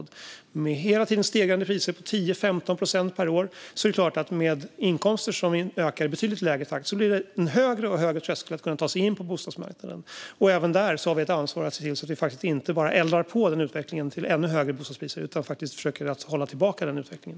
Med priser som hela tiden stiger med 10-15 procent per år och med inkomster som ökar i betydligt lägre takt är det klart att det blir en högre och högre tröskel för att ta sig in på bostadsmarknaden. Även där har vi ett ansvar för att se till att vi inte bara eldar på utvecklingen mot ännu högre bostadspriser utan faktiskt försöker hålla tillbaka den.